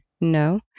No